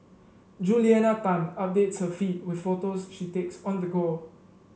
Juliana Tan updates her feed with photos she takes on the go